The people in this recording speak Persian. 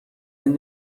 این